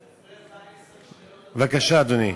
אני אתן לך עשר שניות, בבקשה, אדוני.